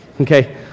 Okay